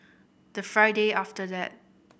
the Friday after that